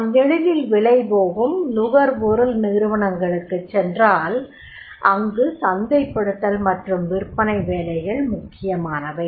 நாம் எளிதில் விலைபோகும்நுகர்பொருட்கள் நிறுவனங்களுக்குச் சென்றால் அங்கு சந்தைப்படுத்தல் மற்றும் விற்பனை வேலைகள் முக்கியமானவை